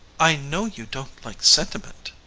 i know you don't like sentiment,